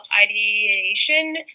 ideation